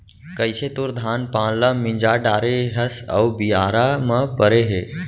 कइसे तोर धान पान ल मिंजा डारे हस अउ बियारा म परे हे